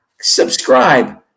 subscribe